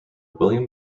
william